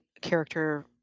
character